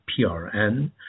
PRN